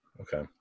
Okay